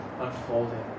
unfolding